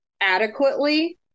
adequately